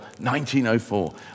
1904